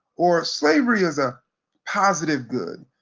or slavery is a positive good.